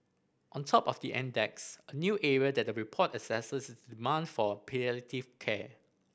on top of the index a new area that the report assesses is demand for palliative care